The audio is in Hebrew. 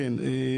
כן,